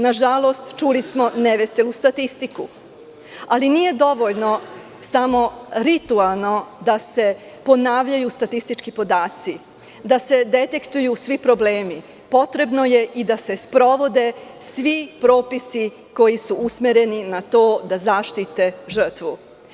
Nažalost, čuli smo neveselu statistiku, ali nije dovoljno samo ritualno da se ponavljaju statistički podaci, da se detektuju svi problemi, potrebno je i da se sprovode svi propisi koji su usmereni na to da zaštite žrtvu.